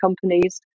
companies